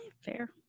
Fair